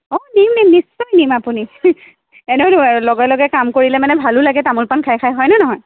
অঁ নিম নিম নিশ্চয় নিম আপুনি এনেওটো আৰু লগে লগে কাম কৰিলে মানে ভালো লাগে তামোল পান খাই খাই হয়নে নহয়